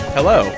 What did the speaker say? Hello